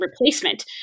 replacement